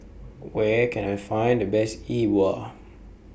Where Can I Find The Best E Bua